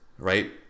right